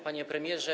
Panie Premierze!